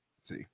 See